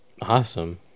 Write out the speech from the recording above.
Awesome